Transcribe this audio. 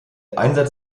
einsatz